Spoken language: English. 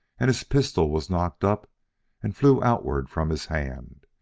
and his pistol was knocked up and flew outward from his hand.